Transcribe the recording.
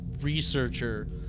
researcher